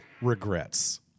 regrets